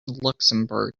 luxembourg